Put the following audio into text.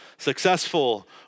successful